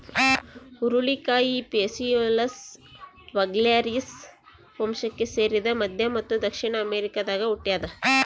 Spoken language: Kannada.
ಹುರುಳಿಕಾಯಿ ಫೇಸಿಯೊಲಸ್ ವಲ್ಗ್ಯಾರಿಸ್ ವಂಶಕ್ಕೆ ಸೇರಿದ ಮಧ್ಯ ಮತ್ತು ದಕ್ಷಿಣ ಅಮೆರಿಕಾದಾಗ ಹುಟ್ಯಾದ